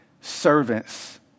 servants